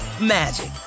magic